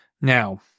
Now